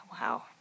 wow